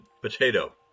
Potato